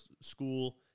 school